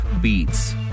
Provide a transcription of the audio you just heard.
beats